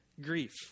Grief